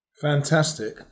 Fantastic